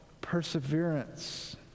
perseverance